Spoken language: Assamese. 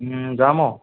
যাম অঁ